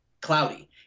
cloudy